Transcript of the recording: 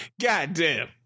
goddamn